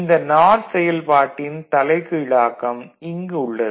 இந்த நார் செயல்பாட்டின் தலைகீழாக்கம் இங்கு உள்ளது